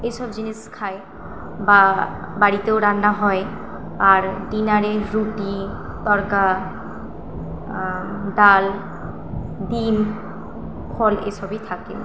এসব জিনিস খাই বা বাড়িতেও রান্না হয় আর ডিনারে রুটি তড়কা ডাল ডিম ফল এসবই থাকে